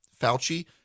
Fauci